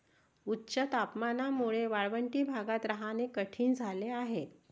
उच्च तापमानामुळे वाळवंटी भागात राहणे कठीण झाले आहे